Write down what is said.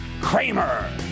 Kramer